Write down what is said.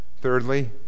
Thirdly